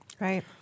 Right